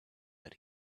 that